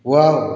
wow